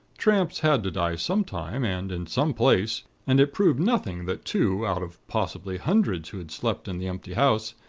tramps had to die some time, and in some place, and it proved nothing that two, out of possibly hundreds who had slept in the empty house,